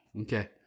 Okay